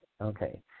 Okay